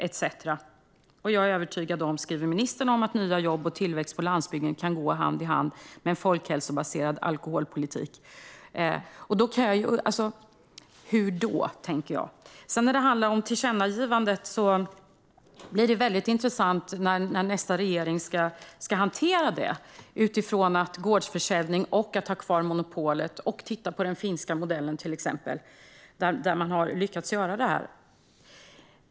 Ministern skriver att hon är övertygad om att nya jobb och tillväxt på landsbygden kan gå hand i hand med folkhälsobaserad alkoholpolitik. Hur då, tänker jag. Det blir intressant när nästa regering ska hantera tillkännagivandet utifrån frågan om att tillåta gårdsförsäljning, ha kvar monopolet och samtidigt titta på den finska modellen - där man har lyckats med detta.